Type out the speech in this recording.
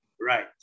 right